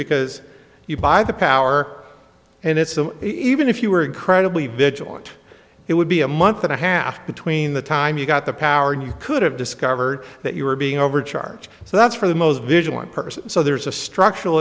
because you buy the power and it's even if you were incredibly vigilant it would be a month and a half between the time you got the power and you could have discovered that you were being overcharged so that's for the most vigilant person so there's a structural